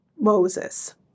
Moses